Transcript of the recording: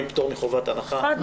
גם עם פטור מחובת הנחה.